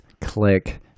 click